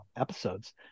episodes